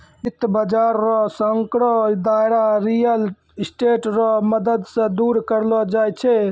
वित्त बाजार रो सांकड़ो दायरा रियल स्टेट रो मदद से दूर करलो जाय छै